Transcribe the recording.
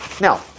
Now